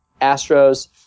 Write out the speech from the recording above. Astros